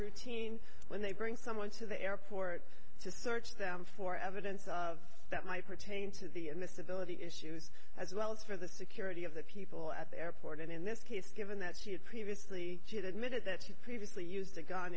routine when they bring someone to the airport to search them for evidence of that might pertain to the and the stability issues as well as for the security of the people at the airport and in this case given that she had previously she did minutes that she previously used a gun